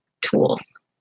tools